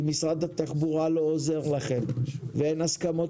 אם משרד התחבורה לא עוזר לכם ואין הסכמות